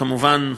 כמובן,